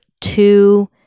two